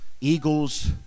Eagles